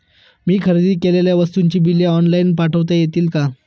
मी खरेदी केलेल्या वस्तूंची बिले ऑनलाइन पाठवता येतील का?